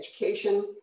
education